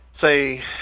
say